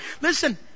listen